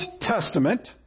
Testament